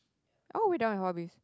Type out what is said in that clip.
oh we don't have hobbies